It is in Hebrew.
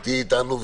ותהיי איתנו,